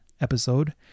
episode